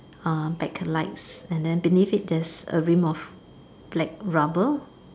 uh back and lights and then beneath there's a rim of black rubber